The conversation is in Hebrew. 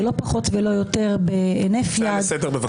שלא פחות ולא יותר בהינף יד -- הצעה לסדר בבקשה.